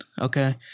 Okay